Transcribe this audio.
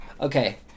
okay